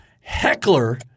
Heckler